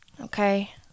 Okay